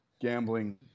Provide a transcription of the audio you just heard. gambling